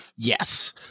Yes